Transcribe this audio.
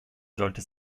sollte